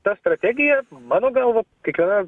tą strategiją mano galva kiekviena